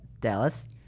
Dallas